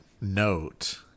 note